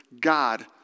God